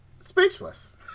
Speechless